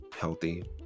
healthy